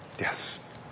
Yes